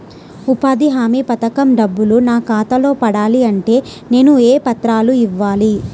ఉపాధి హామీ పథకం డబ్బులు నా ఖాతాలో పడాలి అంటే నేను ఏ పత్రాలు ఇవ్వాలి?